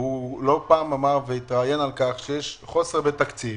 לא פעם הוא אמר שיש חוסר בתקציב.